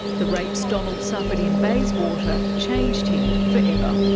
the rapes donald suffered in bayswater changed him forever.